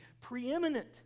preeminent